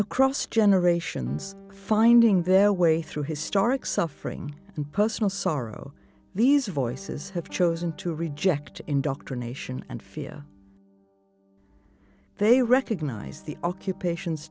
across generations finding their way through historic suffering and personal sorrow these voices have chosen to reject indoctrination and fear they recognize the occupation